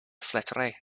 flattery